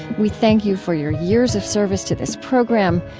we thank you for your years of service to this program.